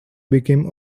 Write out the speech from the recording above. became